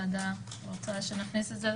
היושב-ראש, האם אתה רוצה להכניס את זה?